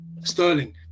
Sterling